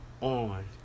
on